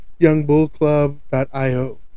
YoungBullClub.io